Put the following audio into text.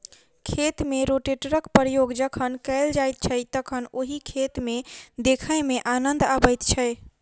खेत मे रोटेटरक प्रयोग जखन कयल जाइत छै तखन ओहि खेत के देखय मे आनन्द अबैत छै